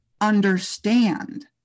understand